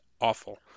awful